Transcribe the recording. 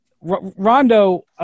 Rondo